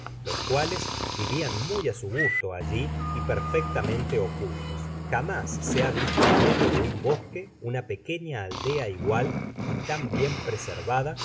los cuales vivian muy á su gusto alli y perfectamente ocultos jamás se ha visto en medio de un bosque una pequeña aldea igual y tan bien preservada